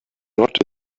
not